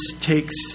takes